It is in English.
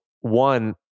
one